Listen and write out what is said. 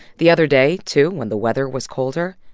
the other day, too, when the weather was colder,